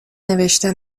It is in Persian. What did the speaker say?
نوشته